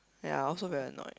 ya I also very annoyed